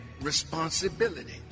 responsibility